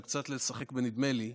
זה קצת לשחק ב"נדמה לי",